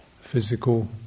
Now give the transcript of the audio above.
physical